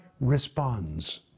responds